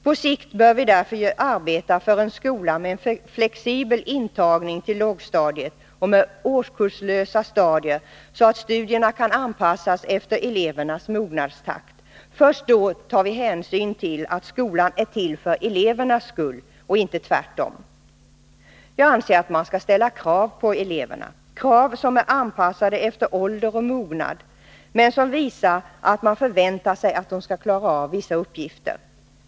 På sikt bör vi därför arbeta för en skola med en flexibel intagning till lågstadiet och med årskurslösa stadier, så att studierna kan anpassas efter elevernas mognadstakt. Först då tar vi hänsyn till att skolan är till för elevernas skull och inte tvärtom. Jag anser att man skall ställa krav på eleverna — krav som är anpassade efter ålder och mognad men som visar att man förväntar sig att de skall klara av vissa uppgifter.